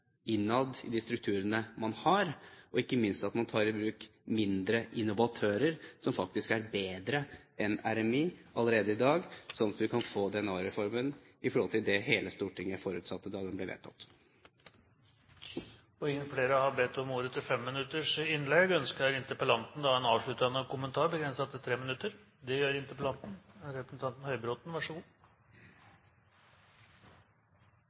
innad i de strukturene man har, og ikke minst at man tar i bruk mindre innovatører som faktisk er bedre enn RMI, allerede i dag, slik at vi kan få DNA-reformen slik hele Stortinget forutsatte da den ble vedtatt. Jeg skal ikke falle for fristelsen til å dra opp debatten om den parallellen som representanten Oktay Dahl viste til. Jeg synes det